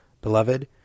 Beloved